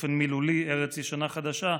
באופן מילולי: ארץ ישנה-חדשה,